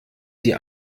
die